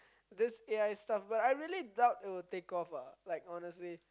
this A_I stuff but I really doubt it would take off ah honestly